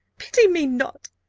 pity me not.